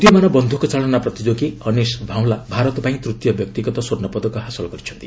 ସ୍ଥିଟିଂ ଉଦିୟମାନ ବନ୍ଧକ ଚାଳନା ପ୍ରତିଯୋଗୀ ଅନିଶ ଭାଓଁଲା ଭାରତ ପାଇଁ ତ୍ତୀୟ ବ୍ୟକ୍ତିଗତ ସ୍ୱର୍ଷପଦକ ହାସଲ କରିଛନ୍ତି